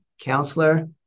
counselor